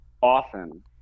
often